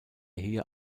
hier